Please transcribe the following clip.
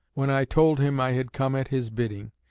when i told him i had come at his bidding.